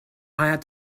had